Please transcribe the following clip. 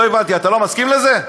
לא הבנתי, אתה לא מסכים לזה?